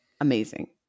amazing